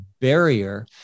barrier